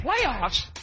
Playoffs